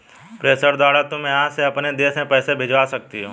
प्रेषण द्वारा तुम यहाँ से अपने देश में पैसे भिजवा सकती हो